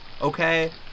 okay